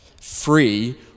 free